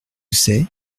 c’est